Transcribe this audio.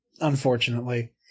unfortunately